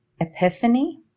epiphany